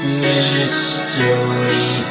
mystery